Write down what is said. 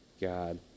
God